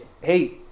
Hey